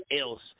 else